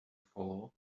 fall